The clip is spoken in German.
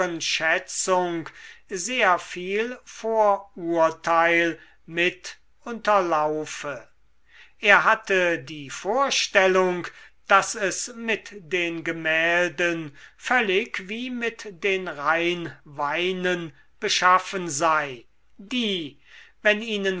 schätzung sehr viel vorurteil mit unterlaufe er hatte die vorstellung daß es mit den gemälden völlig wie mit den rheinweinen beschaffen sei die wenn ihnen